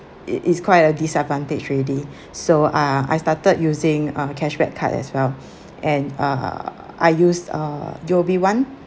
it is quite a disadvantage already so uh I started using uh cashback card as well and uh I used uh U_O_B one